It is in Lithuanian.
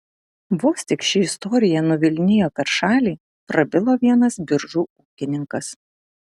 vos tik ši istorija nuvilnijo per šalį prabilo vienas biržų ūkininkas